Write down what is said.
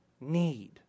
need